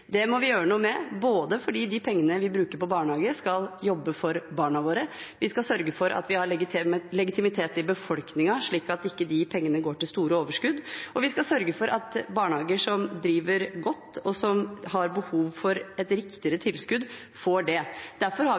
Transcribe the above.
Det må vi gjøre noe med, både fordi de pengene vi bruker på barnehage, skal jobbe for barna våre, vi skal sørge for at vi har legitimitet i befolkningen, slik at ikke de pengene går til store overskudd, og vi skal sørge for at barnehager som driver godt, og som har behov for et riktigere tilskudd, får det. Derfor har